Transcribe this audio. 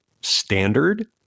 standard